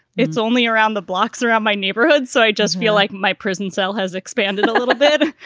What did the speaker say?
it's only around the blocks around my neighborhood. so i just feel like my prison cell has expanded a little bit.